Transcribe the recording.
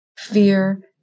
Fear